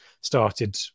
started